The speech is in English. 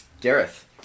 Gareth